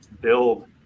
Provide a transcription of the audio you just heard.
build